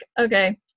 okay